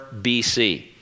BC